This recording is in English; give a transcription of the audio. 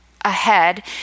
ahead